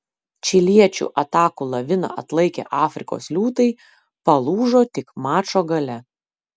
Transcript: čiliečių atakų laviną atlaikę afrikos liūtai palūžo tik mačo gale